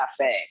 Cafe